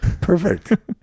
perfect